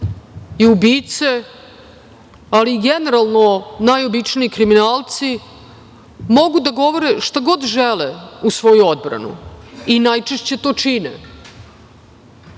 i ubice ali i generalno najobičniji kriminalci mogu da govore šta god žele u svoju odbranu, i najčešće to čine,